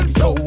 yo